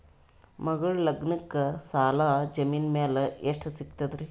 ಮಗಳ ಲಗ್ನಕ್ಕ ಸಾಲ ಜಮೀನ ಮ್ಯಾಲ ಎಷ್ಟ ಸಿಗ್ತದ್ರಿ?